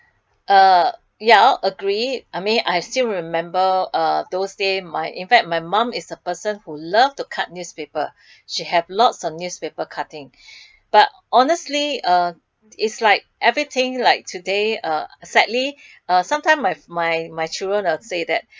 uh ya agree I mean I still remember uh those day my in fact my mom is the person who love to cut newspaper she have lots of newspaper cutting but honesty uh is like everything like today uh sadly uh sometime my my my children will say that